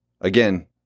Again